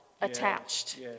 attached